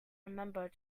remember